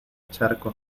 charco